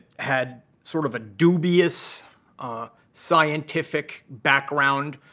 had sort of a dubious scientific background.